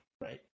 right